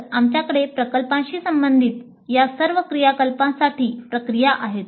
तर आमच्याकडे प्रकल्पांशी संबंधित या सर्व क्रियाकलापांसाठी प्रक्रिया आहेत